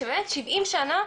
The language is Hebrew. שבאמת שבעים שנה.